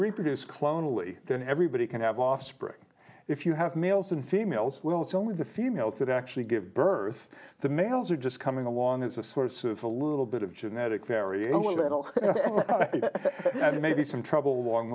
reproduce clone only then everybody can have offspring if you have males and females will it's only the females that actually give birth the males are just coming along as a source of a little bit of genetic variability that'll maybe some trouble